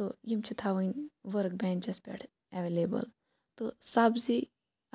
تہٕ یِم چھِ تھاوٕنۍ ؤرٕک بینٛچَس پٮ۪ٹھ ایٚولیبٕل تہٕ سَبزی